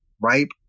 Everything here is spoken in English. ripe